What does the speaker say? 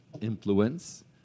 influence